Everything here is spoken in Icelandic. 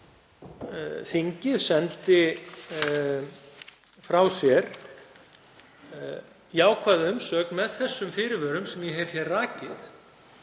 þingið sendi frá sér jákvæða umsögn með þeim fyrirvörum sem ég hef hér rakið.